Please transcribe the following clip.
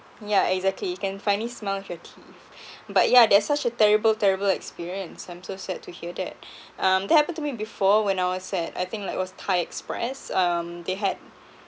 yeah exactly you can finally smile with your teeth but yeah that's such a terrible terrible experience I'm so sad to hear that um that happened to me before when I was at I think like was thai express um they had